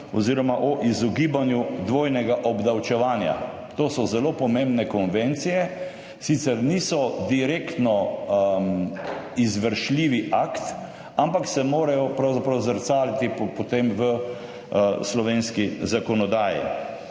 oziroma o izogibanju dvojnega obdavčevanja. To so zelo pomembne konvencije, sicer niso direktno izvršljivi akti, ampak se morajo pravzaprav zrcaliti potem v slovenski zakonodaji.